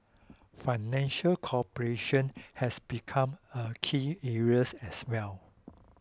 financial cooperation has become a key areas as well